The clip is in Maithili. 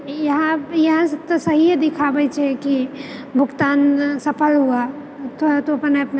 यहाँ यहाँ सऽ तऽ सहिये दिखाबै छै कि भुगतान सफल हुआ थोड़ा तू अपन ऐप मे